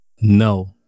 No